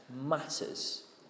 matters